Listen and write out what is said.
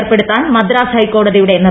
ഏർപ്പെടുത്താൻ മദ്രാസ് ഹൈക്കോടതിയുടെ നിർദ്ദേശം